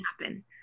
happen